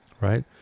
right